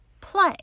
play